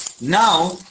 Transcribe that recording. now